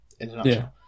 international